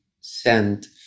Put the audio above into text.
send